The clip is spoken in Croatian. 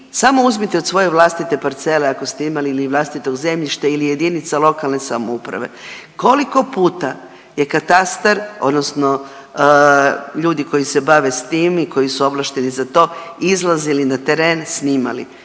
samo uzmite od svoje vlastite parcele ako ste imali ili vlastitog zemljišta ili JLS, koliko puta je katastar odnosno ljudi koji se bave s tim i koji su ovlašteni za to izlazili na teren i snimali.